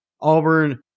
Auburn